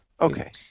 Okay